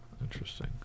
Interesting